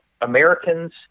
Americans